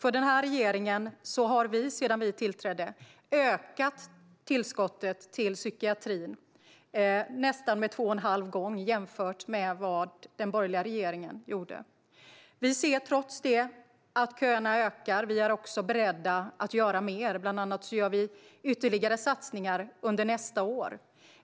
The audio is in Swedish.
I den här regeringen har vi sedan vi tillträdde ökat tillskottet till psykiatrin med nästan två och en halv gånger vad den borgerliga regeringen gjorde. Vi ser trots detta att köerna ökar, och vi är beredda att göra mer. Bland annat gör vi ytterligare satsningar under nästa år.